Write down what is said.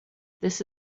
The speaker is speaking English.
this